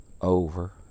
over